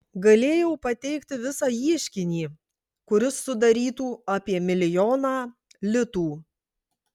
galėjau pateikti visą ieškinį kuris sudarytų apie milijoną litų